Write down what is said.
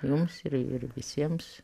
jums ir ir visiems